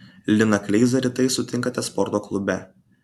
liną kleizą rytais sutinkate sporto klube